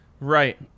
Right